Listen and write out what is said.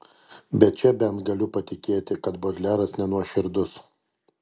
bet čia bent galiu patikėti kad bodleras nenuoširdus